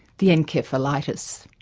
the encephalitis.